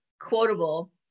quotable